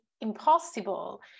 impossible